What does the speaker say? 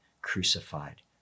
crucified